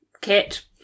kit